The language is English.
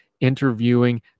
interviewing